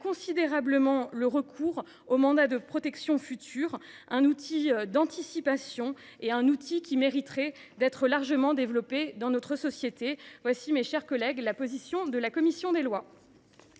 considérablement le recours au mandat de protection future, outil d’anticipation qui mériterait d’être largement développé dans notre société. Telle est, mes chers collègues, la position de la commission des lois.